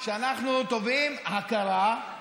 שאנחנו תובעים הכרה,